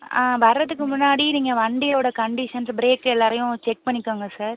வரதுக்கு முன்னாடி நீங்கள் வண்டியோடய கண்டிஷன்ஸ் ப்ரேக் எல்லாேரையும் செக் பண்ணிக்கோங்க சார்